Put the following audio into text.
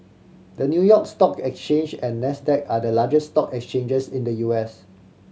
the New York Stock Exchange and Nasdaq are the largest stock exchanges in the U S